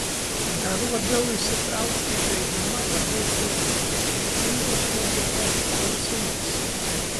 dar labiau įsitraukti į žaidimą padės šios nepriekaištingos logitech ausinės